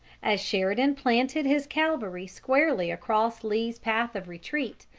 as sheridan planted his cavalry squarely across lee's path of retreat,